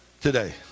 today